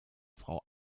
frau